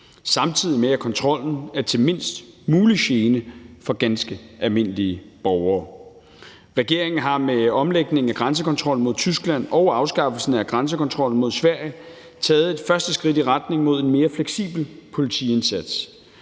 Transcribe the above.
samtidig med at kontrollen er til mindst mulig gene for ganske almindelige borgere. Regeringen har med omlægningen af grænsekontrollen mod Tyskland og afskaffelsen af grænsekontrollen mod Sverige taget et første skridt i retning mod en mere fleksibel politiindsats,